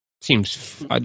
seems